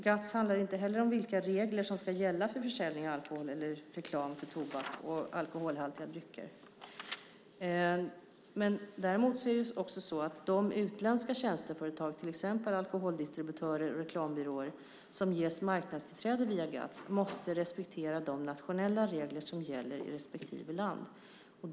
GATS handlar inte heller om vilka regler som ska gälla för försäljning av alkohol eller reklam för tobak och alkoholhaltiga drycker. Däremot måste de utländska tjänsteföretag, till exempel alkoholdistributörer och reklambyråer, som ges marknadstillträde via GATS respektera de nationella regler som gäller i respektive land.